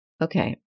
Okay